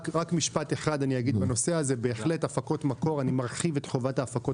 אני אגיד רק משפט אחד בהקשר הזה: אני מרחיב את הפקות